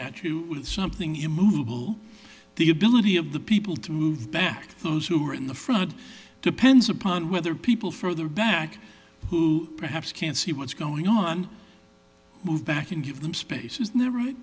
at you with something immovable the ability of the people to move back those who are in the front depends upon whether people further back who perhaps can't see what's going on move back in give them space is never